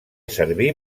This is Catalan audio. servir